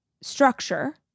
structure